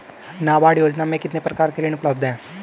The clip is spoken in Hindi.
नाबार्ड योजना में कितने प्रकार के ऋण उपलब्ध हैं?